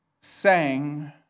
sang